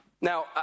Now